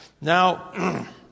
Now